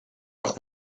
doch